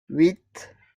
huit